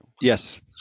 Yes